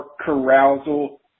carousal